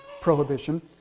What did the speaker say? prohibition